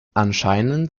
anscheinend